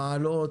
מעלות,